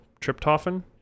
Tryptophan